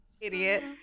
Idiot